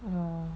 yah